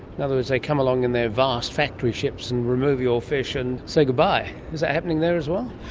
in other words, they come along in their vast factory ships and remove your fish and say goodbye. is that happening there as well?